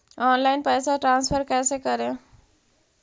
Online पैसा transfer कैसे करे?